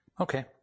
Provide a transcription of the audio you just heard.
Okay